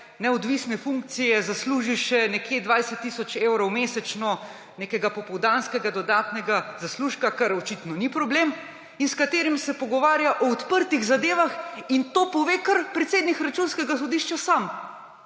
neodvisne funkcije zasluži še nekje 20 tisoč evrov mesečno nekega popoldanskega dodatnega zaslužka, kar očitno ni problem, in s katerim se pogovarja o odprtih zadevah, in to pove kar predsednik Računskega sodišča sam.